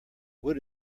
wood